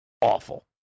Awful